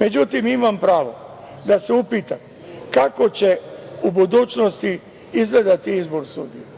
međutim, imam pravo da se upitam, kako će u budućnosti izgledati izbor sudija.